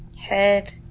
Head